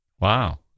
Wow